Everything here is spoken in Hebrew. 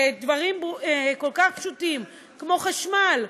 שדברים כל כך פשוטים כמו חשמל,